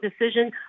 decision